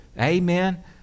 Amen